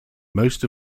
most